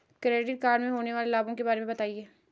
Credit card से होने वाले लाभों के बारे में बताएं?